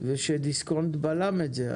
ובנק דיסקונט בלם את זה.